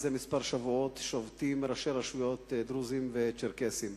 זה כמה שבועות שובתים ראשי רשויות דרוזים וצ'רקסים.